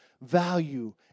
value